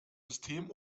system